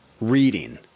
reading